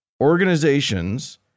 organizations